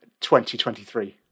2023